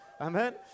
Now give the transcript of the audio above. Amen